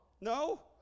No